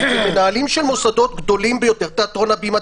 מנהלים של מוסדות גדולים ביותר תיאטרון הבימה,